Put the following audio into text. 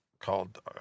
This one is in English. called